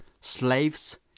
slaves